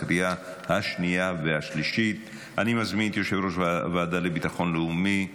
התקבלה בקריאה השנייה והשלישית ותיכנס לספר החוקים.